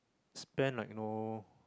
spend like no